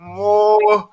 more